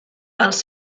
els